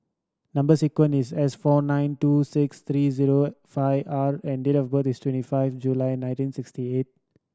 number sequence is S four nine two six three zero five R and date of birth is twenty five July nineteen sixty eight